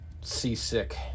seasick